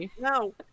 No